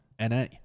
Na